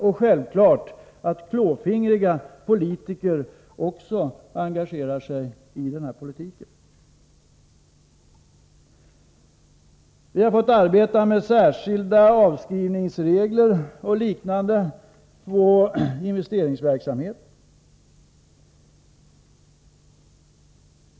Det är självklart att klåfingriga politiker också engagerar sig i denna politik. Vi har fått arbeta med särskilda avskrivningsregler och liknande när det gäller investeringsverksamheten.